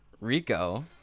Rico